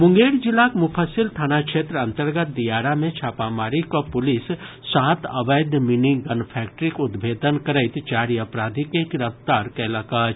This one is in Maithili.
मुंगेर जिलाक मुफस्सिल थाना क्षेत्र अन्तर्गत दियारा मे छापामारी कऽ पुलिस सात अवैध मिनी गन फैक्ट्रीक उद्भेदन करैत चारि अपराधी के गिरफ्तार कयलक अछि